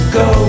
go